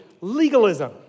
legalism